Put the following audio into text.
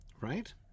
right